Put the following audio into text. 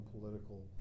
political